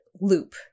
Loop